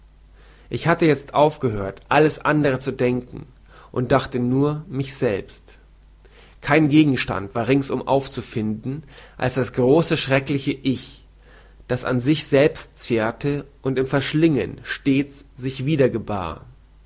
ich hatte jezt aufgehört alles andere zu denken und dachte nur mich selbst kein gegenstand war ringsum aufzufinden als das große schreckliche ich das an sich selbst zehrte und im verschlingen stets sich wiedergebar